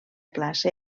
classe